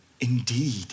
indeed